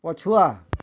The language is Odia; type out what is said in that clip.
ପଛୁଆ